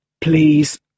Please